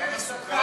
כמה סוכר?